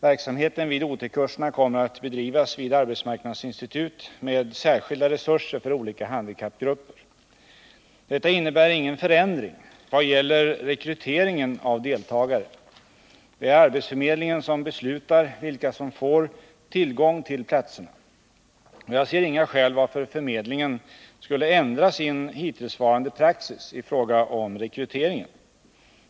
Verksamheten vid OT-kurserna kommer att bedrivas vid arbetsmarknadsinstitut med särskilda resurser för olika handikappgrupper. Detta innebär ingen förändring vad gäller rekryteringen av deltagare. Det är arbetsförmedlingen som beslutar vilka som får tillgång till platserna. Jagser Nr 29 inga skäl varför förmedlingen skulle ändra sin hittillsvarande praxis i fråga — Torsdagen den om rekryteringen.